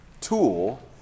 tool